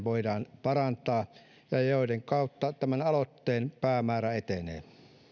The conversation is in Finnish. voidaan parantaa ja ja joiden kautta tämän aloitteen päämäärä etenee